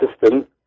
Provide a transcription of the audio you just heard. system